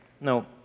No